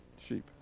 sheep